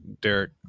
Derek